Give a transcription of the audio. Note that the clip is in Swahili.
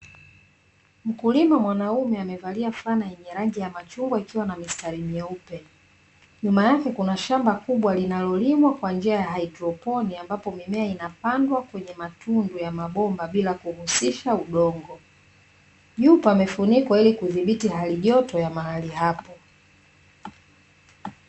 Mkulima mwanaume amevalia fulana yenye rangi ya machungwa ikiwa na mistari myeupe. Nyuma yake kuna shamba kubwa linalolimwa kwa njia ya haidroponi, ambapo mimea inapandwa kwenye matundu ya mabomba bila kuhusisha udongo. Juu pamefunikwa ili kudhibiti hali joto ya mahali hapo.